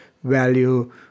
value